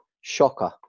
shocker